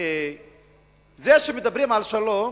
שזה שמדברים על שלום,